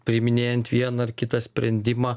priiminėjant vieną ar kitą sprendimą